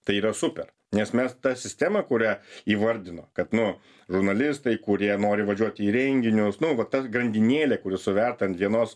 tai yra super nes mes tą sistemą kurią įvardino kad nu žurnalistai kurie nori važiuoti į renginius nu va tas grandinėlė kuri suverta ant vienos